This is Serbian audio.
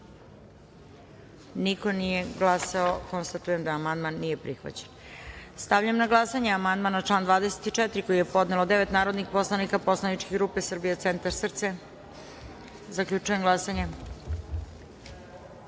Niko nije glasao. Konstatujem da amandman nije prihvaćen. Stavljam na glasanje amandman na član 24. koji je podelo devet narodnih poslanika Poslaničke grupe Srbija centar SRCE.Zaključujem glasanje: